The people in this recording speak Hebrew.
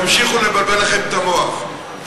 ימשיכו לבלבל לכם את המוח.